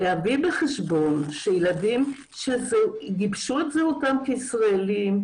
להביא בחשבון שילדים שגיבשו את זהותם כישראלים,